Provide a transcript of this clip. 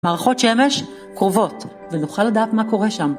מערכות שמש קרובות ונוכל לדעת מה קורה שם.